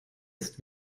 ist